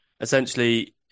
Essentially